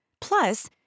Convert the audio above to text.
Plus